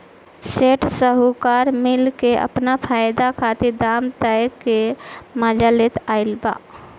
सेठ साहूकार मिल के आपन फायदा खातिर दाम तय क के मजा लेत आइल बा